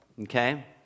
okay